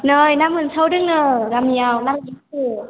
नै ना मोनसावदोंनो गामियाव ना लायनो थौ